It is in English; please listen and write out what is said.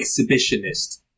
exhibitionist